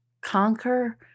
conquer